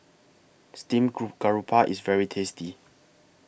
Steamed Garoupa IS very tasty